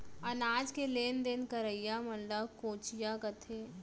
अनाज के लेन देन करइया मन ल कोंचिया कथें